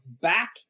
back